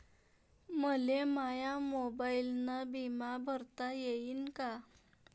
मले माया मोबाईलनं बिमा भरता येईन का?